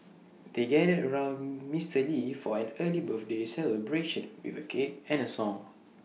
they gathered around Mister lee for an early birthday celebration with A cake and A song